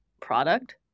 product